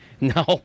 no